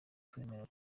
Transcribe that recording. twemera